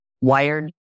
wired